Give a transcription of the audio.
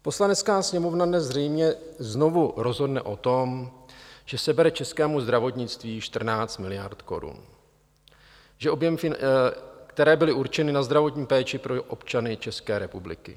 Poslanecká sněmovna dnes zřejmě znovu rozhodne o tom, že sebere českému zdravotnictví 14 miliard korun, které byly určeny na zdravotní péči pro občany České republiky.